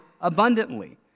abundantly